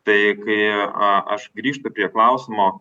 tai kai aš grįžtu prie klausimo